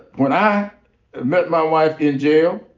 when i met my wife in jail,